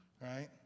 right